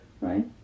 Right